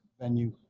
venue